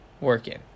working